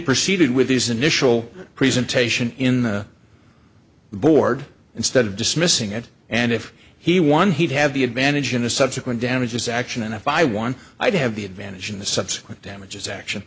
proceeded with his initial presentation in the board instead of dismissing it and if he won he'd have the advantage in a subsequent damages action and if i won i'd have the advantage in the subsequent damages action